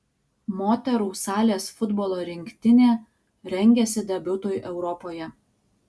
moterų salės futbolo rinktinė rengiasi debiutui europoje